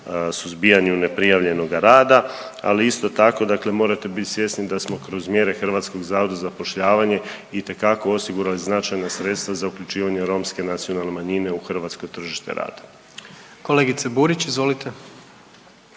suzbijanju neprijavljenoga rada, ali isto tako dakle morate bit svjesni da smo kroz mjere HZZ itekako osigurali značajna sredstva za uključivanje romske nacionalne manjine u hrvatsko tržište rada. **Jandroković, Gordan